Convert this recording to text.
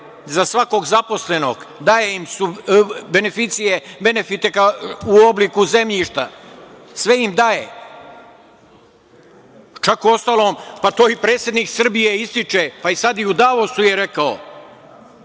za svakog zaposlenog, daje im benefite u obliku zemljišta. Sve im daje. Čak uostalom, pa to i predsednik Srbije ističe. Sada i u Davosu je rekao.